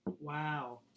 Wow